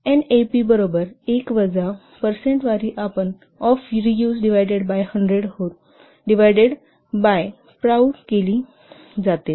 NAP बरोबर 1 वजा percent of reuse divided by 100 whole divided by PROUD केली जाते